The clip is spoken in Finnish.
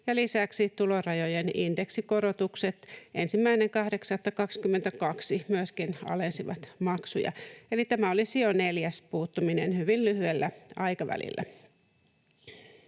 lisäksi tulorajojen indeksikorotukset 1.8.22 alensivat maksuja, eli tämä olisi jo neljäs puuttuminen hyvin lyhyellä aikavälillä.